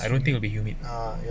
I don't think will be humid